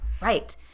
right